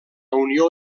unió